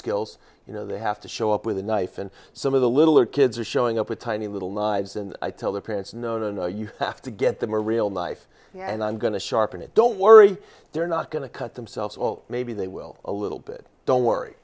skills you know they have to show up with a knife and some of the littler kids are showing up with tiny little knives and i tell their parents no no no you have to get them a real knife and i'm going to sharpen it don't worry they're not going to cut themselves or maybe they will a little bit don't worry